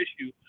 issue –